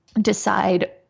decide